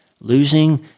losing